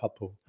Papu